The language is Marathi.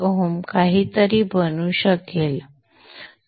5Ω काहीतरी बनू शकेल